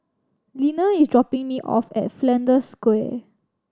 Linnea is dropping me off at Flanders Square